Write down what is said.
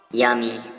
Yummy